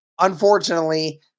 unfortunately